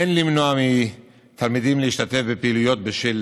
אין למנוע מתלמידים להשתתף בפעילויות בשל